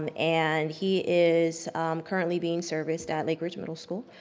and and he is currently being serviced at lake ridge middle school.